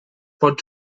pot